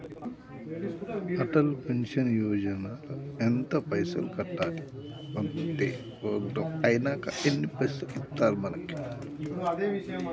Atal pension Yojana ల ఎంత పైసల్ కట్టాలి? అత్తే ప్రోగ్రాం ఐనాక ఎన్ని పైసల్ ఇస్తరు మనకి వాళ్లు?